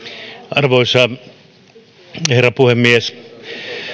arvoisa herra puhemies